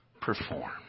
perform